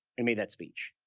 i made that speech.